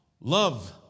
Love